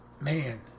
Man